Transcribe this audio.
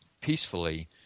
peacefully